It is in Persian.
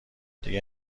دیگه